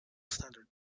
standard